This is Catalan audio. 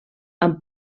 amb